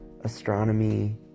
astronomy